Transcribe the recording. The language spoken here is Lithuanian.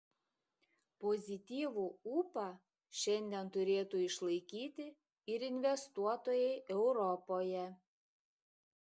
pozityvų ūpą šiandien turėtų išlaikyti ir investuotojai europoje